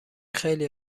خیلی